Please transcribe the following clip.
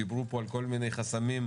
דיברו פה על כל מיני חסמים,